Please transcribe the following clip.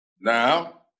Now